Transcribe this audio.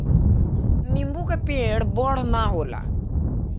नीबू के पेड़ बड़ ना होला